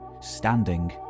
standing